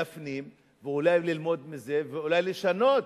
להפנים, ואולי ללמוד מזה ואולי לשנות,